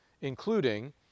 including